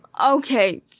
Okay